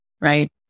right